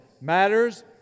matters